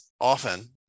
often